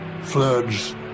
floods